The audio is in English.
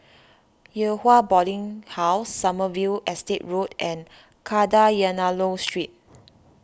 Yew Hua Boarding House Sommerville Estate Road and Kadayanallur Street